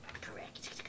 correct